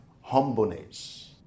humbleness